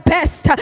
best